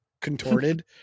contorted